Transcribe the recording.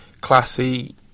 classy